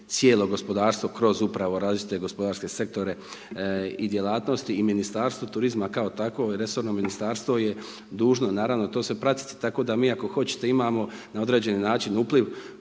cijelo gospodarstvo kroz upravo različite gospodarske sektore i djelatnosti. I Ministarstvo turizma kao takvo je resorno ministarstvo je dužno, naravno to…/Govornik se ne razumije/…tako da mi ako hoćete imamo na određeni način upliv